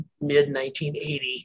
mid-1980